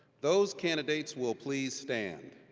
those candidates will please stand.